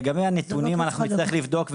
לגבי הנתונים אנחנו נצטרך לבדוק,